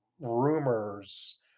rumors